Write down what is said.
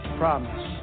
promise